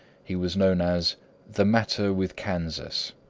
he was known as the matter with kansas.